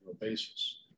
basis